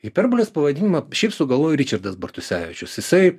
hiperbolės pavadinimą šiaip sugalvojo ričardas bartusevičius jisai